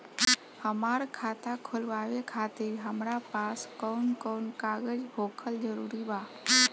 हमार खाता खोलवावे खातिर हमरा पास कऊन कऊन कागज होखल जरूरी बा?